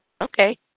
Okay